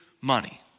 money